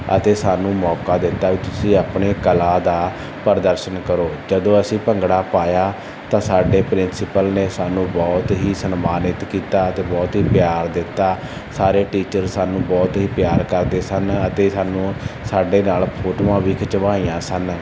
ਅਤੇ ਸਾਨੂੰ ਮੌਕਾ ਦਿੱਤਾ ਵੀ ਤੁਸੀਂ ਆਪਣੇ ਕਲਾ ਦਾ ਪ੍ਰਦਰਸ਼ਨ ਕਰੋ ਜਦੋਂ ਅਸੀਂ ਭੰਗੜਾ ਪਾਇਆ ਤਾਂ ਸਾਡੇ ਪ੍ਰਿੰਸੀਪਲ ਨੇ ਸਾਨੂੰ ਬਹੁਤ ਹੀ ਸਨਮਾਨਿਤ ਕੀਤਾ ਅਤੇ ਬਹੁਤ ਹੀ ਪਿਆਰ ਦਿੱਤਾ ਸਾਰੇ ਟੀਚਰ ਸਾਨੂੰ ਬਹੁਤ ਹੀ ਪਿਆਰ ਕਰਦੇ ਸਨ ਅਤੇ ਸਾਨੂੰ ਸਾਡੇ ਨਾਲ ਫੋਟੋਆਂ ਵੀ ਖਿਚਵਾਈਆਂ ਸਨ